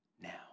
Now